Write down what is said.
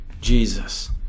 Jesus